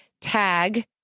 tag